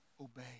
obey